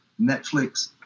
Netflix